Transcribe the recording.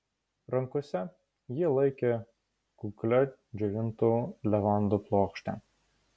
rankose ji laikė kuklią džiovintų levandų puokštę